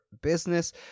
business